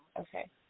Okay